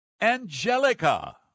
Angelica